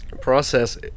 Process